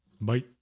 Bye